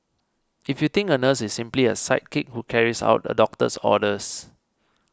if you think a nurse is simply a sidekick who carries out a doctor's orders